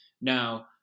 Now